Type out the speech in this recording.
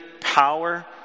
power